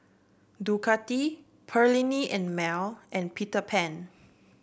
Ducati Perllini and Mel and Peter Pan